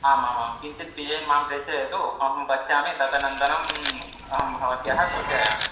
आमामां किञ्चित् डिज़ैन् मां प्रेषयतु अहं पश्यामि तदनन्तरम् अहं भवत्याः सूचयामि